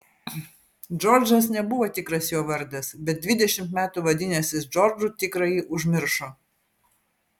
džordžas nebuvo tikras jo vardas bet dvidešimt metų vadinęsis džordžu tikrąjį užmiršo